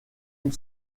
une